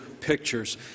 pictures